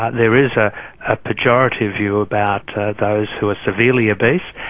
there is a ah pejorative view about those who are severely obese,